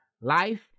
life